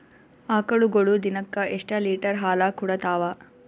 ಆಕಳುಗೊಳು ದಿನಕ್ಕ ಎಷ್ಟ ಲೀಟರ್ ಹಾಲ ಕುಡತಾವ?